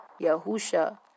Yahusha